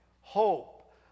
hope